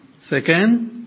Second